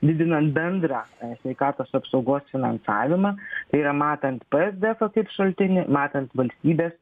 didinant bendrą sveikatos apsaugos finansavimą tai yra matant psdfą kaip šaltinį matant valstybės